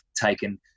taken